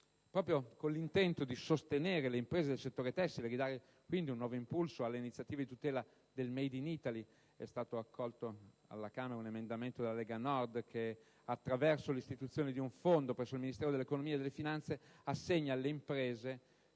Proprio con l'intento di sostenere le imprese del settore tessile e ridare un nuovo impulso alle iniziative di tutela del *made in Italy* è stato accolto alla Camera un emendamento della Lega Nord che attraverso l'istituzione di un fondo presso il Ministero dell'economia e delle finanze assegna alle imprese